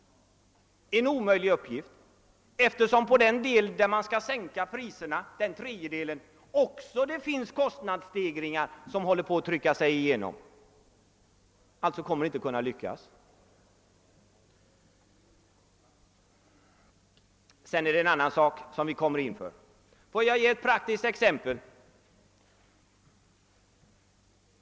En omöjlig uppgift eftersom på den tredjedel, där man skall sänka priserna, också finns kostnadsstegringar. Alltså kan det inte lyckas. Sedan är det en annan sak som vi får ta ställning till. Låt mig ge ett praktiskt exempel.